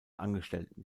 angestellten